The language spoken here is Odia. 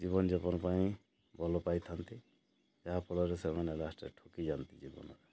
ଜୀବନଯାପନ ପାଇଁ ଭଲ ପାଇଥାନ୍ତି ଯାହାଫଳରେ ସେମାନେ ଲାଷ୍ଟ୍ରେ ଥକି ଯାଆନ୍ତି ଜୀବନରେ